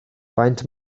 faint